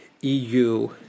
EU